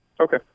Okay